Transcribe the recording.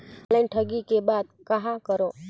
Online ठगी के बाद कहां करों?